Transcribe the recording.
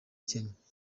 kenya